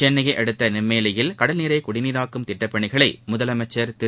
சென்னைய அடுத்த நெம்மேலியில் கடல்நீரை குடிநீராக்கும் திட்டப்பணிகளை முதலமைச்ச் திரு